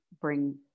bring